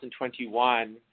2021 –